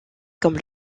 comme